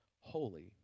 holy